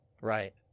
Right